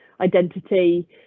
identity